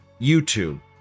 YouTube